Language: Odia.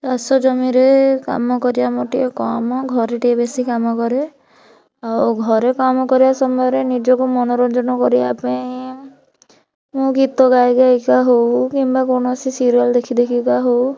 ଚାଷ ଜମିରେ କାମ କରିବା ମୋର ଟିକେ କମ ଘରେ ଟିକେ ବେଶି କାମ କରେ ଆଉ ଘରେ କାମ କରିବା ସମୟରେ ନିଜକୁ ମନୋରଞ୍ଜନ କରିବା ପାଇଁ ମୁଁ ଗୀତ ଗାଇ ଗାଇ କା ହଉ କିମ୍ବା କୌଣସି ସିରିଏଲ ଦେଖି ଦେଖି କା ହଉ